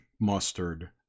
mustard